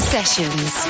Sessions